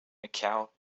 michelle